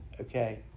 okay